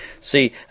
See